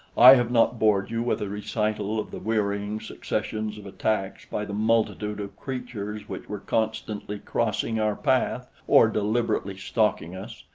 i have not bored you with a recital of the wearying successions of attacks by the multitude of creatures which were constantly crossing our path or deliberately stalking us.